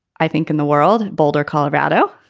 i think in the world, boulder, colorado.